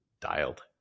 dialed